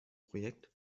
projekt